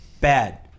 bad